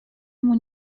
ему